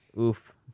Oof